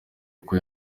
kuko